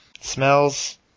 smells